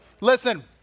listen